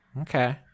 okay